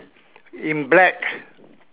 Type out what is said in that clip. in black